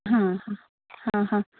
आ हा हा हा